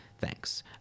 Thanks